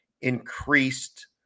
increased